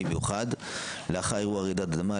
במיוחד לאחר אירוע רעידת אדמה,